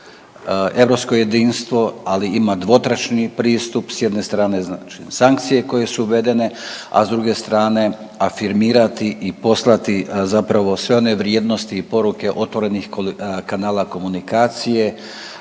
europsko jedinstvo ali ima dvotrećni pristup, s jedne strane znači sankcije koje su uvedene, a s druge strane afirmirati i poslati zapravo sve one vrijednosti i poruke otvorenih kanala komunikacije,